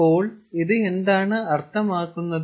അപ്പോൾ ഇത് എന്താണ് അർത്ഥമാക്കുന്നത്